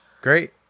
Great